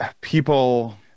people